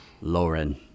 Lauren